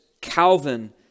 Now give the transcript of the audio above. Calvin